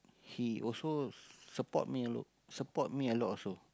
he also support me a lot support me a lot also